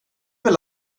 väl